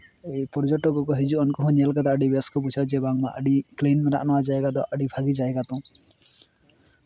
ᱯᱚᱨᱡᱚᱴᱚᱠ ᱠᱚᱠᱚ ᱦᱤᱡᱩᱜᱼᱟ ᱩᱱᱠᱩ ᱦᱚᱸ ᱧᱮᱞ ᱠᱟᱛᱮᱫ ᱟᱹᱰᱤ ᱵᱮᱥ ᱠᱚ ᱵᱩᱡᱷᱟᱹᱣᱟ ᱵᱟᱝᱢᱟ ᱟᱹᱰᱤ ᱠᱞᱤᱱ ᱢᱮᱱᱟᱜᱼᱟ ᱱᱚᱣᱟ ᱡᱟᱭᱜᱟ ᱫᱚ ᱟᱹᱰᱤ ᱵᱷᱟᱹᱜᱤ ᱡᱟᱭᱜᱟ ᱛᱚ